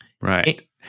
Right